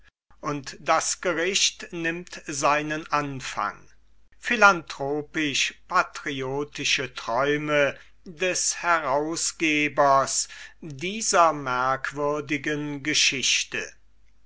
und das gericht nimmt seinen anfang philanthropischpatriotische träume des herausgebers dieser merkwürdigen geschichte